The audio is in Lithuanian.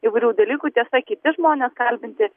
įvairių dalykų tiesa kiti žmonės kalbinti